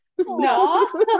No